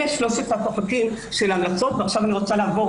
אלה שלושת הפרקים של ההמלצות ועכשיו אעבור